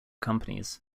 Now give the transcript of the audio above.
companies